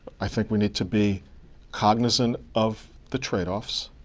i think we need to be cognizant of the trade offs.